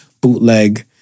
bootleg